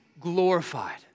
glorified